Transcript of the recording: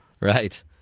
Right